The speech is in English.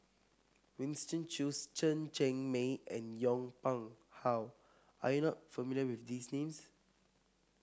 Winston Choos Chen Cheng Mei and Yong Pung How are you not familiar with these names